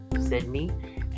Sydney